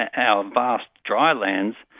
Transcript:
ah our vast drylands,